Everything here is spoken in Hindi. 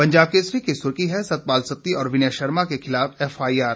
पंजाब केसरी की सुर्खी है सतपाल सत्ती और विनय शर्मा के खिलाफ एफआईआर